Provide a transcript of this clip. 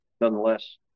Nonetheless